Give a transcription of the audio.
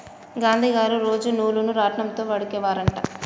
గాంధీ గారు రోజు నూలును రాట్నం తో వడికే వారు అంట